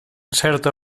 certa